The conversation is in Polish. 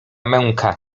męka